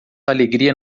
alegria